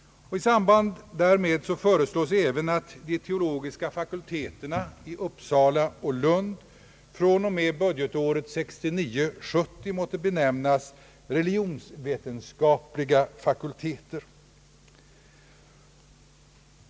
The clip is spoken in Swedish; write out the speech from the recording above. I samband därmed föreslås även att de teologiska fakulteterna i Uppsala och Lund från och med budgetåret 1969/70 måtte benämnas religionsvetenskapliga fakulteter.